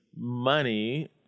money